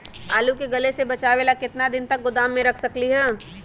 आलू के गले से बचाबे ला कितना दिन तक गोदाम में रख सकली ह?